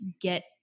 get